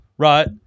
right